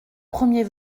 premier